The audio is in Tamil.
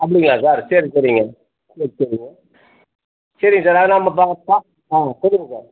அப்படிங்களா சார் சரி சரிங்க சரி சரிங்க சரிங்க சார் அது நம்ம பா பா ஆ சாெல்லுங்கள் சார்